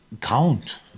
count